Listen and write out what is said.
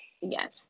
Yes